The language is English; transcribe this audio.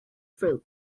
fruit